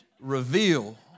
reveal